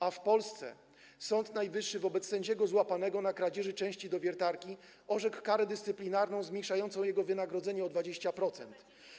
A w Polsce Sąd Najwyższy wobec sędziego złapanego na kradzieży części do wiertarki orzekł karę dyscyplinarną zmniejszającą jego wynagrodzenie o 20%.